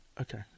Okay